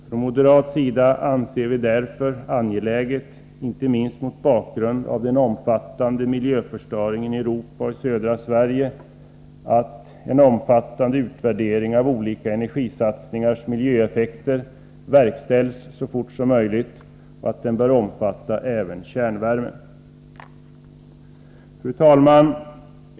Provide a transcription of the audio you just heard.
Från moderat sida anser vi det därför vara angeläget, inte minst mot bakgrund av den omfattande miljöförstöringen i Europa och i södra Sverige, att en omfattande utvärdering av olika energisatsningars miljöeffekter verkställs så fort som möjligt och att en sådan utvärdering omfattar även kärnvärme. Fru talman!